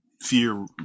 fear